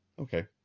Okay